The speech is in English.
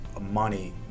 money